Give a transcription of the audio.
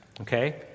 okay